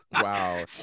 Wow